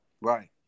Right